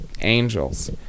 angels